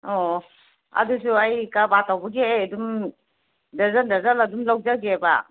ꯑꯣ ꯑꯗꯨꯁꯨ ꯑꯩ ꯀꯔꯕꯥꯔ ꯇꯧꯕꯒꯤ ꯑꯩ ꯑꯗꯨꯝ ꯗꯔꯖꯟ ꯗꯔꯖꯟ ꯑꯗꯨꯝ ꯂꯧꯖꯒꯦꯕ